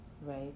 right